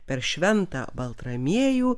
per šventą baltramiejų